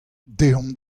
deomp